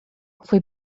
foi